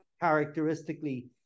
characteristically